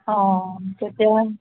অঁ তেতিয়া